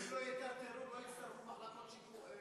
אם לא יטרטרו, לא יצטרכו מחלקות שימור.